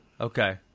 Okay